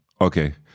Okay